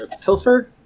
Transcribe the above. Pilfer